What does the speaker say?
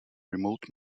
remote